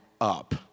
up